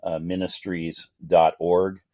Ministries.org